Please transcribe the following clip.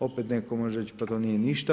Opet netko može reći, pa to nije ništa.